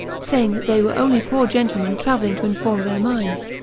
saying that they were only poor gentlemen traveling to inform their minds,